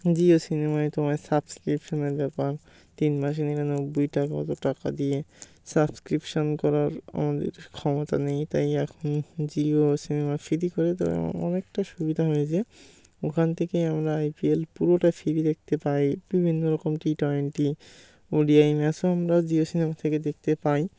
জিও সিনেমায় তোমার সাবস্ক্রিপশানের ব্যাপার তিন মাসে নিরানব্বই টাকা অত টাকা দিয়ে সাবস্ক্রিপশন করার আমাদের ক্ষমতা নেই তাই এখন জিও সিনেমা ফ্রি করে দেওয়ায় অনেকটা সুবিধা হয়েছে ওখান থেকেই আমরা আইপিএল পুরোটা ফ্রি দেখতে পাই বিভিন্ন রকম T twenty O D I ম্যাচও আমরা জিও সিনেমা থেকে দেখতে পাই